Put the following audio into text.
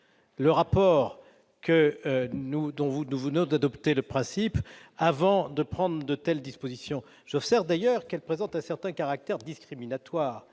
le rapport dont nous venons d'adopter le principe, avant de prendre de telles dispositions ? J'observe d'ailleurs que celles-ci présentent un caractère discriminatoire.